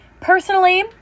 Personally